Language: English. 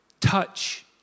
Touch